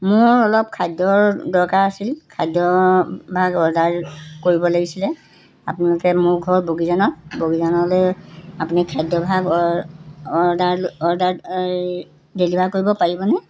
মোৰ অলপ খাদ্যৰ দৰকাৰ আছিল খাদ্যভাগ অৰ্ডাৰ কৰিব লাগিছিলে আপোনালোকে মোৰ ঘৰ বগিজানত বগিজানলৈ আপুনি খাদ্যভাগ অৰ অৰ্ডাৰ অৰ্ডাৰ ডেলিভাৰ কৰিব পাৰিবনে